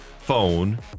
phone